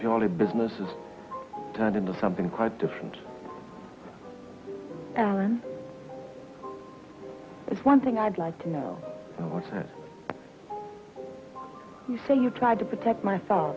purely business has turned into something quite different allan it's one thing i'd like to know what it is you say you tried to protect myself